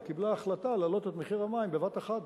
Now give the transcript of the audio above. היא קיבלה החלטה להעלות את מחיר המים בבת אחת